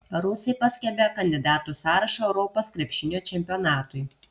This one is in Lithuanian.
rusai paskelbė kandidatų sąrašą europos krepšinio čempionatui